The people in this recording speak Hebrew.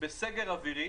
בסגר אווירי